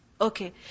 Okay